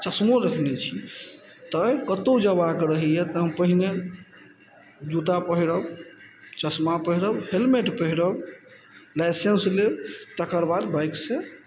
चश्मो रखने छी तैँ कतहु जेबाके रहइए तऽ हम पहिने जूता पहिरब चश्मा पहिरब हेलमेट पहिरब लाइसेंस लेब तकर बाद बाइकसँ